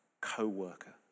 co-worker